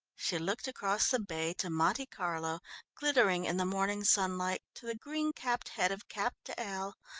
she looked across the bay to monte carlo glittering in the morning sunlight, to the green-capped head of cap-d'ail,